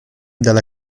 dalla